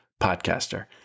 podcaster